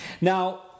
Now